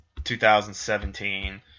2017